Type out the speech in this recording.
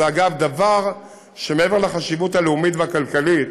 אגב, זה דבר, מעבר לחשיבות הלאומית והכלכלית,